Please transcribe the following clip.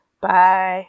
Bye